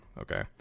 okay